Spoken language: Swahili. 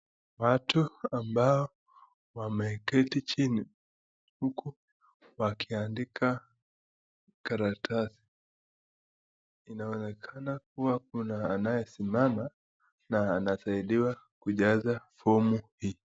Watu ambao wameketi chini huku wakiandika karatasi inaonekana kuwa kuna anayesimama na anasaidiwa kujaza fomu hii.